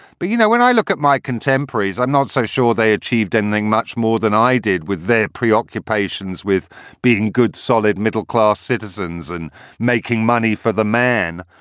but, you know, when i look at my contemporaries, i'm not so sure they achieved anything much more than i did with their preoccupations, with being good, solid middle class citizens and making money for the man.